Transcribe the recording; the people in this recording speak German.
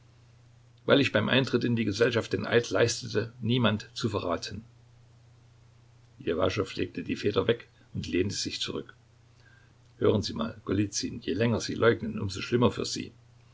weil ich beim eintritt in die gesellschaft den eid leistete niemand zu verraten ljewaschow legte die feder weg und lehnte sich zurück hören sie mal golizyn je länger sie leugnen um so schlimmer für sie